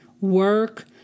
work